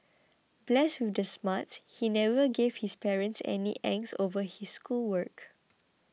blessed with the smarts he never gave his parents any angst over his schoolwork